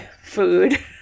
food